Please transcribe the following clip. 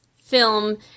film